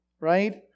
right